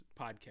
podcast